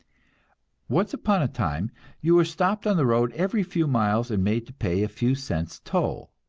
once upon a time you were stopped on the road every few miles and made to pay a few cents toll.